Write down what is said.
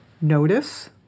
notice